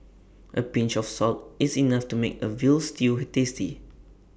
A pinch of salt is enough to make A Veal Stew tasty